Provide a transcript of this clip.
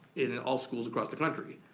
in all schools across the country,